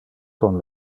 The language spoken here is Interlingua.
con